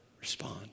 respond